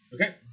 Okay